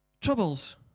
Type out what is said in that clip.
Troubles